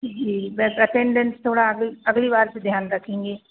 जी वैसे अटेंडेंस थोड़ा अगल अगली बार से ध्यान रखेंगे